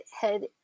head